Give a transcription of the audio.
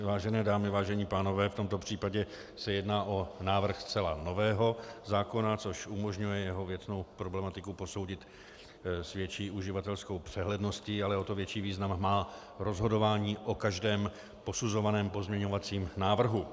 Vážené dámy, vážení pánové, v tomto případě se jedná o návrh zcela nového zákona, což umožňuje jeho věcnou problematiku posoudit s větší uživatelskou přehledností, ale o to větší význam má rozhodování o každém posuzovaném pozměňovacím návrhu.